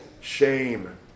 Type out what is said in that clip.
shame